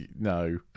no